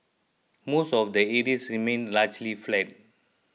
most of the areas remained largely flat